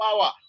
power